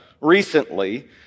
recently